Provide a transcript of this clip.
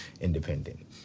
independent